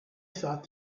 thought